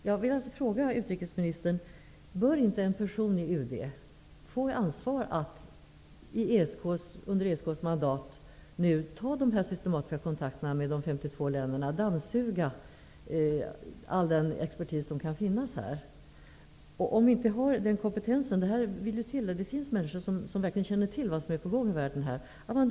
Jag vill fråga utrikesministern: Bör inte en person på UD få ansvaret när det gäller att under ESK:s mandat ta sådana här systematiska kontakter med de 52 länderna och ''dammsuga'' möjligheterna till kontakter med all den expertis som kan finnas? Det vill ju då till att den personen verkligen känner till vad som är på gång ute i världen i dessa sammanhang.